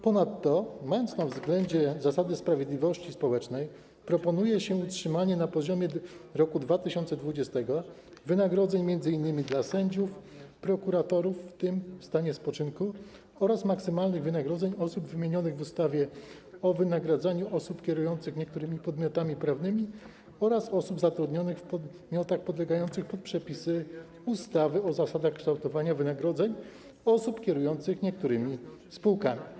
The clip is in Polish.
Ponadto, mając na względzie zasadę sprawiedliwości społecznej, proponuje się utrzymanie na poziomie roku 2020 m.in. wynagrodzeń sędziów, prokuratorów, w tym w stanie spoczynku, oraz maksymalnych wynagrodzeń osób wymienionych w ustawie o wynagradzaniu osób kierujących niektórymi podmiotami prawnymi oraz osób zatrudnionych w podmiotach podlegających pod przepisy ustawy o zasadach kształtowania wynagrodzeń osób kierujących niektórymi spółkami.